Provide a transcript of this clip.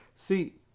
See